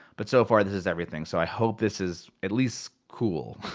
but so far this is everything. so i hope this is at least cool.